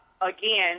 again